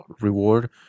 reward